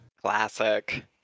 Classic